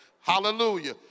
Hallelujah